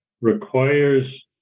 requires